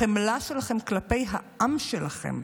החמלה שלכם כלפי העם שלכם,